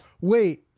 wait